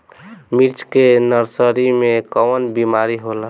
मिर्च के नर्सरी मे कवन बीमारी होला?